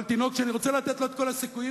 אבל תינוק שאני רוצה לתת לו את כל הסיכויים,